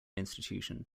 institution